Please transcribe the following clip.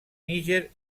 níger